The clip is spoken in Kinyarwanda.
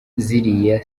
ziriya